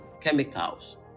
chemicals